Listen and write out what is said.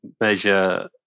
measure